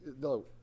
no